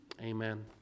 Amen